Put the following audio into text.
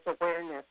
awareness